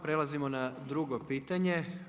Prelazimo na drugo pitanje.